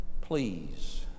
please